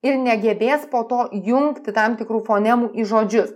ir negebės po to jungti tam tikrų fonemų į žodžius